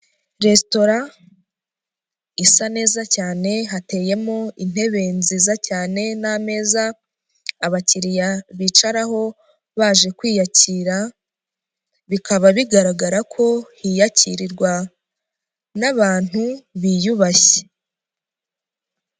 Resitora isa neza cyane, hateyemo intebe nziza cyane n'ameza, abakiriya bicaraho baje kwiyakira, bikaba bigaragara ko hiyakirirwa n'abantu biyubashye.